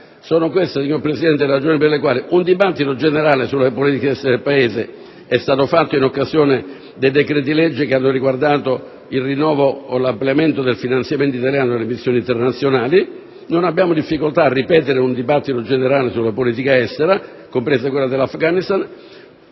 Sono queste, signor Presidente, le ragioni per le quali un dibattito generale sulla politica estera del Paese si è svolto in occasione dei decreti-legge che hanno riguardato il rinnovo o l'ampliamento del finanziamento italiano alle missioni internazionali. Non abbiamo difficoltà a ripetere un dibattito generale sulla politica estera, compresa quella in Afghanistan.